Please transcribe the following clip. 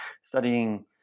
studying